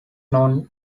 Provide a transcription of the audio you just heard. know